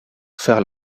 faire